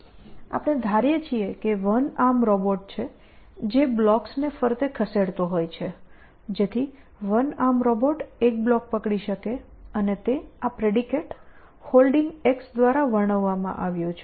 આપણે ધારીએ છીએ કે વન આર્મ રોબોટ છે જે બ્લોક્સને ફરતે ખસેડતો હોય છે જેથી વન આર્મ રોબોટ એક બ્લોક પકડી શકે અને તે આ પ્રેડિકેટ Holding દ્વારા વર્ણવવામાં આવ્યું છે